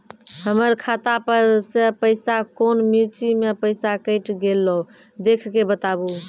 हमर खाता पर से पैसा कौन मिर्ची मे पैसा कैट गेलौ देख के बताबू?